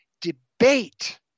debate